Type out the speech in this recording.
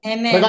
Amen